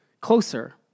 closer